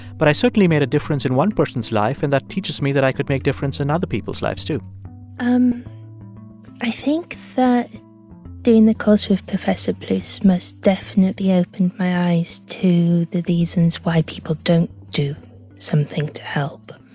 but i certainly made a difference in one person's life, and that teaches me that i could make differences in other people's lives, too um i think that doing the course with professor plous most definitely opened my eyes to the reasons why people don't do something to help.